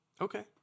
Okay